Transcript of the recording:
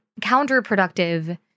counterproductive